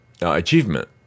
achievement